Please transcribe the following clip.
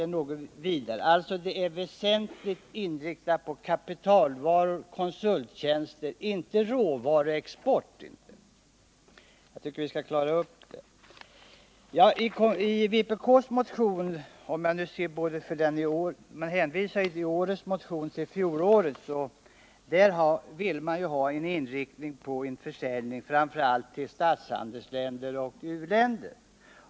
Det stöd vi här diskuterar är alltså väsentligen inriktat på kapitalvaror och konsulttjänster, inte råvaruexport — jag tycker att vi bör hålla isär detta. I vpk:s motion — man hänvisar där till sin motion i samma fråga från förra året — föreslås en inriktning av stödet på en försäljning framför allt till statshandelsländer och u-länder.